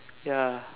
ya